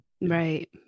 Right